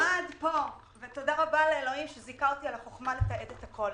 תודה רבה לאלוהים שזיכה אותי בחוכמה לתעד את הכול.